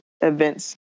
events